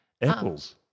apples